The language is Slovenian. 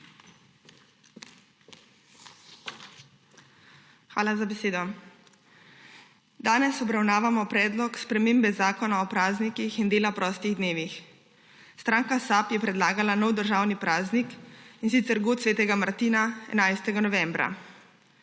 Hvala za besedo. Danes obravnavamo predlog spremembe Zakona o praznikih in dela prostih dnevih. Stranka SAB je predlagala nov državni praznik, in sicer god svetega Martina 11. novembra.